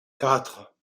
quatre